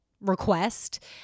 request